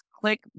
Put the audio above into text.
click